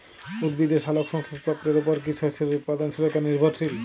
উদ্ভিদের সালোক সংশ্লেষ প্রক্রিয়ার উপর কী শস্যের উৎপাদনশীলতা নির্ভরশীল?